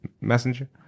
messenger